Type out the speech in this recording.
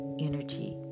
energy